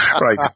Right